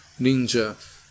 Ninja